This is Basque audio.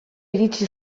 iritsi